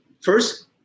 first